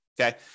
Okay